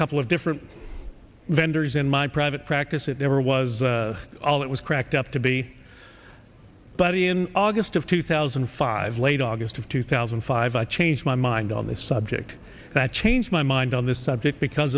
couple of different vendors in my private practice it never was all it was cracked up to be but the in august of two thousand and five late august of two thousand and five i changed my mind on this subject that changed my mind on this subject because